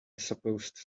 supposed